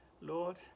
Lord